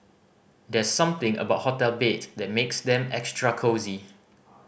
there's something about hotel bed that makes them extra cosy